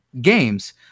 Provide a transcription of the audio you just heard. games